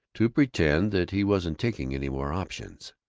to pretend that he wasn't taking any more options,